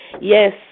Yes